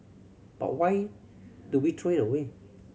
but why do we throw it away